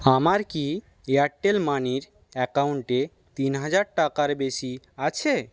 আমার কি এয়ারটেল মানির অ্যাকাউন্টে তিন হাজার টাকার বেশি আছে